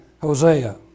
Hosea